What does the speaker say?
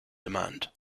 demand